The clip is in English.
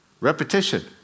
Repetition